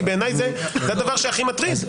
כי בעיני זה הדבר שהכי מטריד.